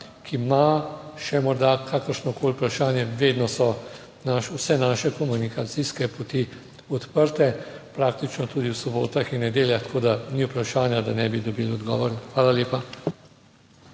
ki ima še morda kakršnokoli vprašanje, vedno so vse naše komunikacijske poti odprte praktično tudi ob sobotah in nedeljah, tako da ni vprašanja, da ne bi dobili odgovora. Hvala lepa.